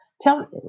Tell